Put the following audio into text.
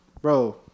Bro